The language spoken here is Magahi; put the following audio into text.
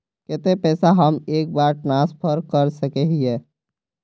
केते पैसा हम एक बार ट्रांसफर कर सके हीये?